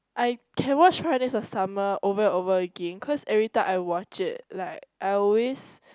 I can watch five-hundred-days-of-summer over and over again because everytime I watch it like I always